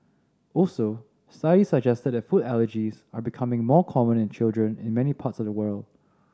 also studies suggest that food allergies are becoming more common in children in many parts of the world